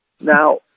Now